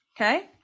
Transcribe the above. Okay